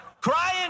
Crying